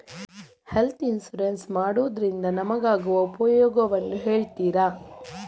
Health insurance ಮಾಡೋದ್ರಿಂದ ನಮಗಾಗುವ ಉಪಯೋಗವನ್ನು ಹೇಳ್ತೀರಾ?